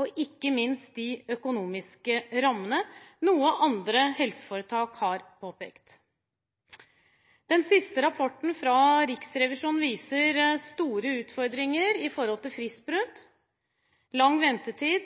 og ikke minst de økonomiske rammene, noe andre helseforetak har påpekt. Den siste rapporten fra Riksrevisjonen viser store utfordringer i forhold til